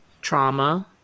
trauma